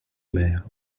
mer